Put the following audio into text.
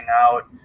out